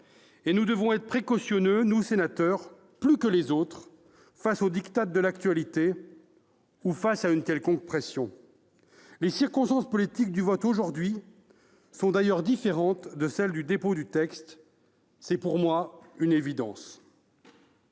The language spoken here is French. Or nous devons être précautionneux, nous sénateurs plus que les autres, face au diktat de l'actualité ou face à une quelconque pression. Les circonstances politiques de notre vote d'aujourd'hui sont d'ailleurs différentes de celles du dépôt du texte. C'est pour moi une évidence.